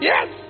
Yes